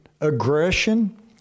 aggression